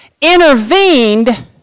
intervened